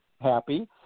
happy